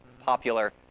popular